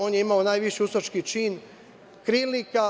On je imao najviši ustaški čin krilnika.